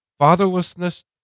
Fatherlessness